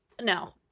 No